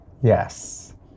Yes